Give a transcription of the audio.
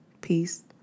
Peace